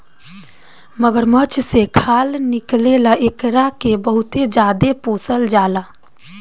मगरमच्छ से खाल निकले ला एकरा के बहुते ज्यादे पोसल जाला